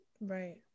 Right